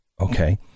okay